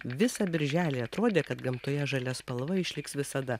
visą birželį atrodė kad gamtoje žalia spalva išliks visada